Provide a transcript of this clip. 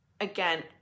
again